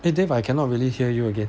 eh dave I cannot really hear you again